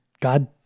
God